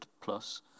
plus